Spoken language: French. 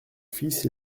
fils